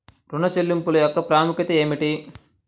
ఋణ చెల్లింపుల యొక్క ప్రాముఖ్యత ఏమిటీ?